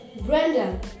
Brenda